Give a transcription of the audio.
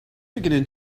beginning